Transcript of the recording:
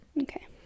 okay